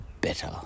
better